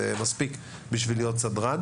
זה מספיק להיות סדרן.